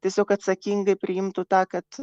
tiesiog atsakingai priimtų tą kad